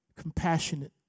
compassionate